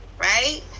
right